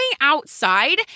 outside